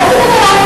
זה עניין של בל"ד.